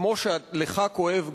כמו שלך כואב,